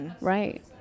Right